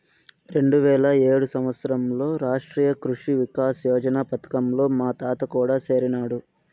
రెండువేల ఏడు సంవత్సరంలో రాష్ట్రీయ కృషి వికాస్ యోజన పథకంలో మా తాత కూడా సేరినాడు